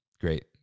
Great